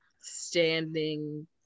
standing